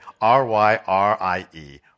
R-Y-R-I-E